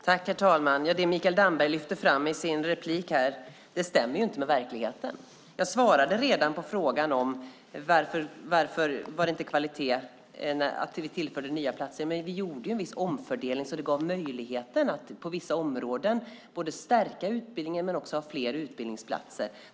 Herr talman! Det som Mikael Damberg lyfte fram i sin replik stämmer inte med verkligheten. Jag har redan svarat på frågan varför det inte hade varit kvalitet att tillföra nya platser. Vi gjorde ju en viss omfördelning som gav möjligheten att på vissa områden stärka utbildningarna men också att ha fler utbildningsplatser.